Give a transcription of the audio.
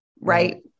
Right